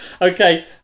Okay